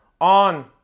on